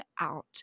out